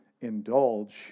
indulge